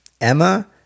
Emma